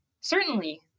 Certainly